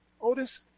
Otis